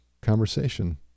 conversation